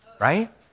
Right